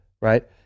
right